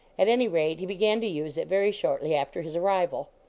at any rate, he began to use it very shortly after his arrival.